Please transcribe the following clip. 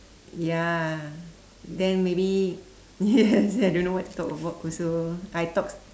ya then maybe yes then I don't know what to talk about also I talk